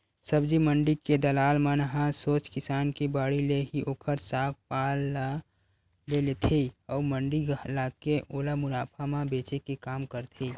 सब्जी मंडी के दलाल मन ह सोझ किसान के बाड़ी ले ही ओखर साग पान ल ले लेथे अउ मंडी लाके ओला मुनाफा म बेंचे के काम करथे